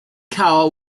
cowell